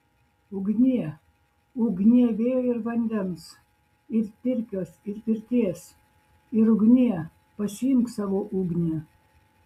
ugnie ugnie vėjo ir vandens ir pirkios ir pirties ir ugnie pasiimk savo ugnį